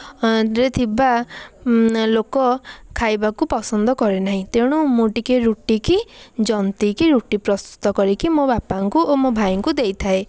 ରେ ଥିବା ଲୋକ ଖାଇବାକୁ ପସନ୍ଦ କରେ ନାହିଁ ତେଣୁ ମୁଁ ଟିକିଏ ରୁଟିକି ଜନ୍ତିକି ରୁଟି ପ୍ରସ୍ତୁତ କରିକି ମୋ ବାପାଙ୍କୁ ଓ ମୋ ଭାଇଙ୍କୁ ଦେଇଥାଏ